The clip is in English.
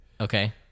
okay